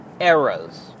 eras